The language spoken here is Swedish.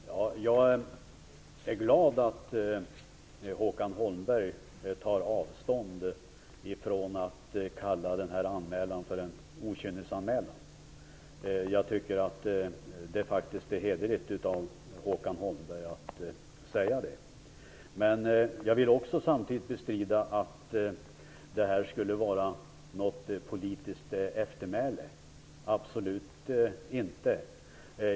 Fru talman! Jag är glad över att Håkan Holmberg tar avstånd från att den här anmälan kallas okynnesanmälan. Jag tycker att det faktiskt är hederligt av Håkan Holmberg att säga det. Samtidigt vill jag bestrida att det här skulle vara ett slags politiskt eftermäle. Det är det absolut inte.